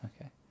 Okay